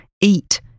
eat